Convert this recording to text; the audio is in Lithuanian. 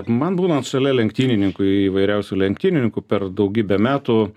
man būnant šalia lenktynininkų įvairiausių lenktyninikų per daugybę metų